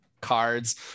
cards